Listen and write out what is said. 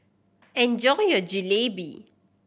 enjoy your Jalebi